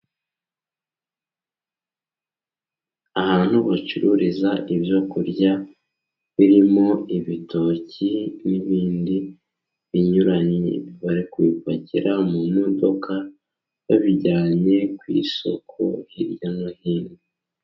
Ahantu bacururiza ibyo kurya birimo ibitoki n'ibindi binyuranye, bari kubipakira mu modoka babijyanye ku isoko hirya no hino.